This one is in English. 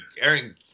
Aaron